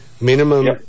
Minimum